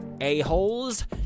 a-holes